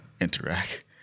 interact